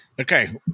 Okay